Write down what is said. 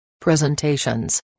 presentations